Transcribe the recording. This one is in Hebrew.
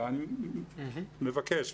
אני מבקש,